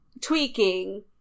Tweaking